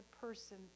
person